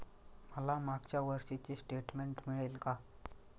मला मागच्या वर्षीचे स्टेटमेंट मिळेल का?